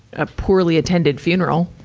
a poorly-attended funeral.